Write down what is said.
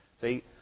See